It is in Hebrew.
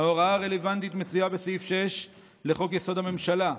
"ההוראה הרלוונטית מצויה בסעיף 6 לחוק-יסוד: הממשלה.